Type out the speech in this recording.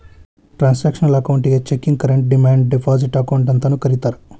transactional ಅಕೌಂಟಿಗಿ checking current demand deposit account ಅಂತಾನೂ ಕರಿತಾರಾ